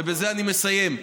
ובזה אני מסיים,